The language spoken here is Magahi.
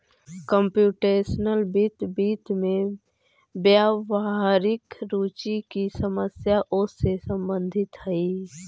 कंप्युटेशनल वित्त, वित्त में व्यावहारिक रुचि की समस्याओं से संबंधित हई